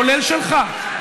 כולל שלך,